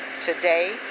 today